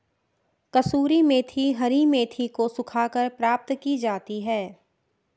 कसूरी मेथी हरी मेथी को सुखाकर प्राप्त की जाती है